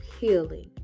healing